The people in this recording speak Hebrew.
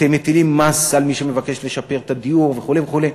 אתם מטילים מס על מי שמבקש לשפר את הדיור וכו' וכו'.